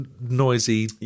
noisy